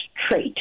trait